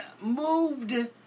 moved